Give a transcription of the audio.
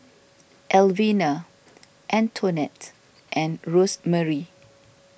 Elvina Antonette and Rosemarie